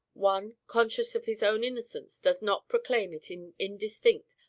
one, conscious of his own innocence, does not proclaim it in indistinct,